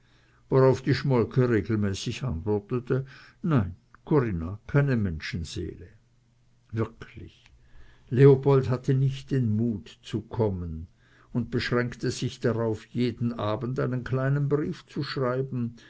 worauf die schmolke regelmäßig antwortete nein corinna keine menschenseele wirklich leopold hatte nicht den mut zu kommen und beschränkte sich darauf jeden abend einen kleinen brief zu schreiben